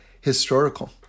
historical